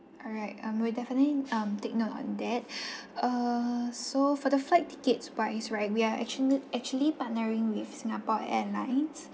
alright um we'll definitely um take note on that uh so for the flight tickets' points right we are actually actually partnering with Singapore Airlines